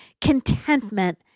contentment